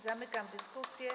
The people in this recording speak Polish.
Zamykam dyskusję.